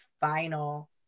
final